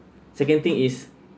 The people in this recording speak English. second thing is